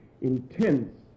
intense